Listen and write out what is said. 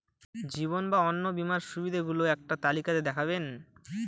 জীবন বা অন্ন বীমার সুবিধে গুলো একটি তালিকা তে দেখাবেন?